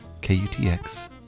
KUTX